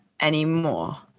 anymore